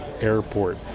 airport